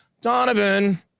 Donovan